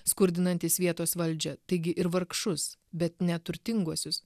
skurdinantis vietos valdžią taigi ir vargšus bet neturtinguosius